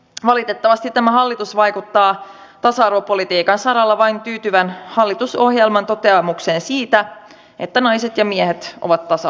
valitettavasti tämä hallitus vaikuttaa tasa arvopolitiikan saralla vain tyytyvän hallitusohjelman toteamukseen siitä että naiset ja miehet ovat tasa arvoisia